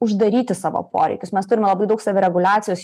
uždaryti savo poreikius mes turime labai daug savireguliacijos